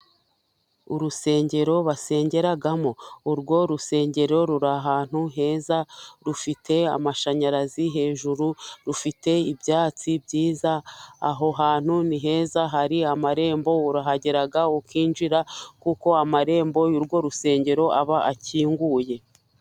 Urusengero basengeramo, urwo rusengero ruri ahantu heza, rufite amashanyarazi hejuru rufite ibyatsi byiza, aho hantu ni heza hari amarembo urahagera ukinjira, kuko amarembo y'urwo rusengero aba akinguye.